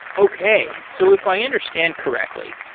okay. so if i understand correctly,